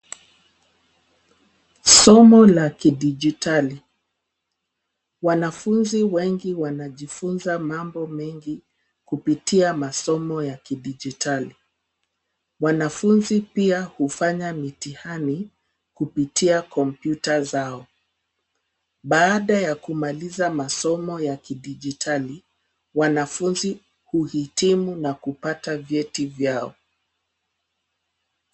Somo la kidijitali wanafunzi wengi wanajifunza mambo mengi kupitia masomo ya kidijitali ,wanafunzi pia hufanya mitihani kupitia kompyuta zao ,baada ya kumaliza masomo ya kidijitali wanafunzi huhitimu na kupata vyeti vyao.